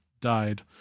died